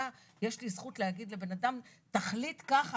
יש לי זכות להגיד לבן אדם תחליט ככה,